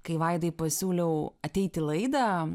kai vaidai pasiūliau ateit į laidą